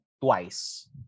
twice